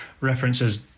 references